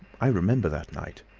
i remember that night.